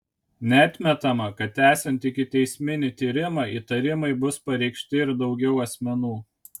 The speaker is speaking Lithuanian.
neatmetama kad tęsiant ikiteisminį tyrimą įtarimai bus pareikšti ir daugiau asmenų